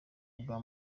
bwa